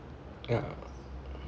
yeah